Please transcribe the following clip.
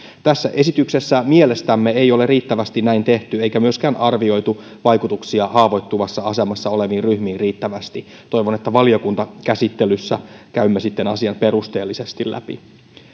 tässä esityksessä mielestämme ei ole riittävästi näin tehty eikä myöskään riittävästi arvioitu vaikutuksia haavoittuvassa asemassa oleviin ryhmiin toivon että valiokuntakäsittelyssä käymme sitten asian perusteellisesti läpi